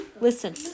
listen